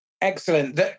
Excellent